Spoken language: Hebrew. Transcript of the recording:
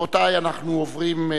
ברשות יושב-ראש הכנסת,